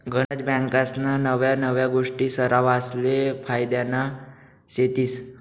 गनज बँकास्ना नव्या नव्या गोष्टी सरवासले फायद्यान्या शेतीस